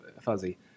fuzzy